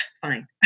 fine